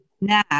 now